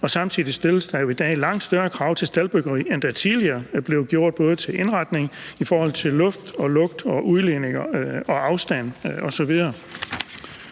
og samtidig stilles der i dag langt større krav til staldbyggeri, end der tidligere blev gjort, både til indretning og i forhold til luft og lugt og udledninger og afstand osv.